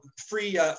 free